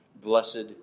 blessed